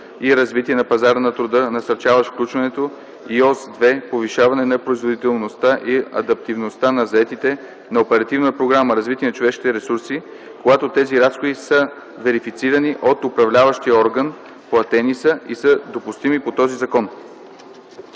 и развитие на пазар на труда, насърчаващ включването” и ос 2 „Повишаване на производителността и адаптивността на заетите” на Оперативна програма „Развитие на човешките ресурси”, когато тези разходи са верифицирани от Управляващия орган, платени са и са допустими по този закон”.”